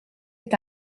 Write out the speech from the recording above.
est